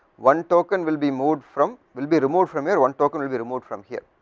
one token will be moved from will be removed from here, one token will be removed from here,